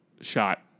shot